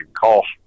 cost